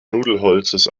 nudelholzes